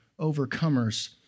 overcomers